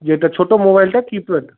যেটা ছোটো মোবাইলটা কিপ্যাড